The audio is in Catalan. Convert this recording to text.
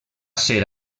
ser